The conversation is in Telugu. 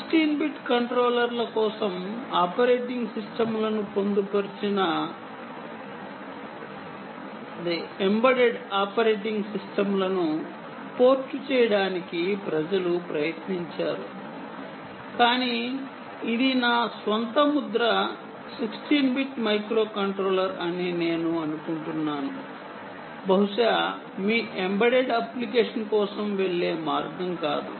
16 బిట్ కంట్రోలర్ల కోసం ఎంబెడెడ్ ఆపరేటింగ్ సిస్టమ్లను పోర్ట్ చేయడానికి ప్రజలు ప్రయత్నించారు కాని ఇది నా స్వంత ముద్ర 16 బిట్ మైక్రోకంట్రోలర్ అని నేను అనుకుంటున్నాను బహుశా మీ ఎంబెడెడ్ అప్లికేషన్ కోసం వెళ్ళే మార్గం కాదు